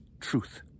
truth